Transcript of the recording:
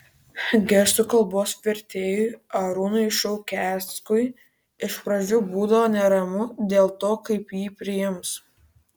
gestų kalbos vertėjui arūnui šaukeckui iš pradžių būdavo neramu dėl to kaip jį priims